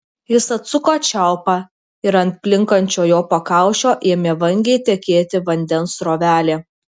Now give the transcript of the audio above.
jis atsuko čiaupą ir ant plinkančio jo pakaušio ėmė vangiai tekėti vandens srovelė